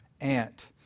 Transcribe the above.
ant